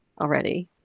already